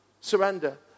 surrender